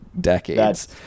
decades